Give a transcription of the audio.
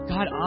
God